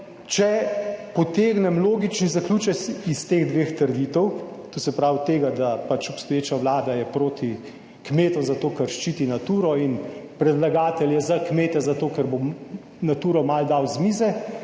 če potegnem logični zaključek iz teh dveh trditev, to se pravi tega, da pač obstoječa Vlada je proti kmetu zato ker ščiti Naturo in predlagatelje za kmete, zato ker bo Naturo malo dal z mize,